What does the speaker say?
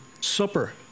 supper